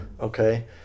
okay